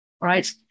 right